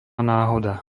náhoda